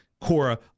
Cora